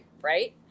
right